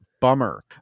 bummer